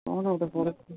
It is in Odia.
କ'ଣଟା ଗୋଟେ ପଡ଼ିଛି